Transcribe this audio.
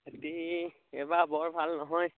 খেতি এইবাৰ বৰ ভাল নহয়